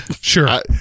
Sure